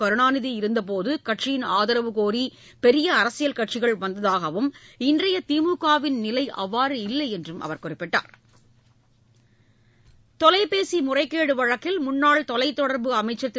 கருணாநிதி இருந்தபோது கட்சியின் ஆதரவு கோரி பெரிய அரசியல் கட்சிகள் வந்ததாகவும் இன்றைய திமுகவின் நிலை அவ்வாறு இல்லை என்றும் அவர் குறிப்பிட்டார் தொலைபேசி முறைகேடு வழக்கில் முன்னாள் தொலைத்தொடர்பு அமைச்சர் திரு